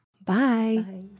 Bye